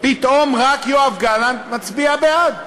פתאום רק יואב גלנט מצביע בעד,